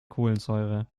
kohlensäure